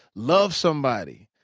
love somebody.